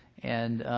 and